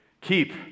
Keep